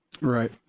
Right